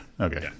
Okay